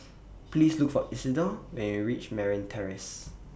Please Look For Isidor when YOU REACH Merryn Terrace